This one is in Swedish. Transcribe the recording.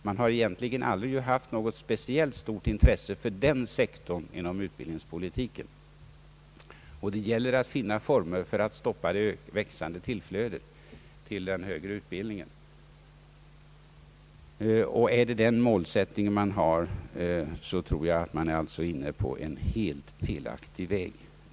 Man har ju egentligen aldrig haft något speciellt stort intresse för den sektorn inom utbildningspolitiken, och det gäller att finna former för att stoppa det växande tillflödet. är det den målsättningen man har, så tror jag att man är inne på alldeles felaktig väg.